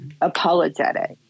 apologetic